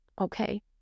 Okay